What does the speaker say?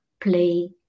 play